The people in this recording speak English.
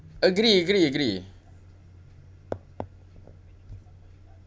agree agree agree